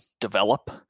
develop